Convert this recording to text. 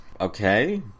Okay